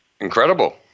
incredible